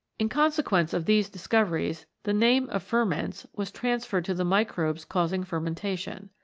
in consequence of these dis coveries the name of ferments was transferred to the microbes causing fermentation.